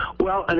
well. and